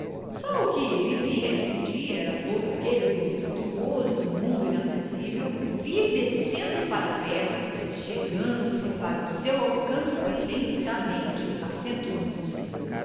só o que ele via e sentia era todo aquele voluptuoso mundo inacessível vir descendo para a terra chegando-se para o seu alcance lentamente acentuando se